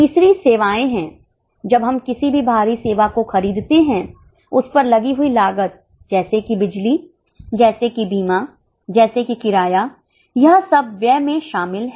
तीसरी सेवाएं हैं जब हम किसी भी बाहरी सेवा को खरीदते हैं उस पर लगी हुई लागत जैसे कि बिजली जैसे कि बीमा जैसे कि किराया यह सब व्यय में शामिल है